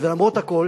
ולמרות הכול